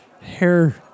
hair